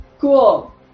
Cool